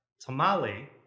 tamale